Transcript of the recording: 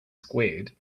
squared